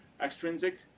extrinsic